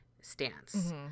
stance